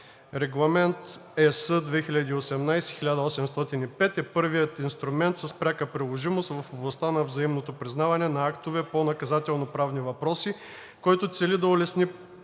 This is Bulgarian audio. Регламент (ЕС) 2018/1805 е първият инструмент с пряка приложимост в областта на взаимното признаване на актове по наказателноправни въпроси, който цели да улесни